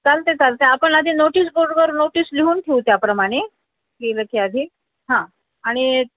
चालते चालते आपण आधी नोटिस बोर्डवर नोटीस लिहून ठेवू त्याप्रमाणे गेलं की आधी हां आणि